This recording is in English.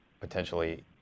potentially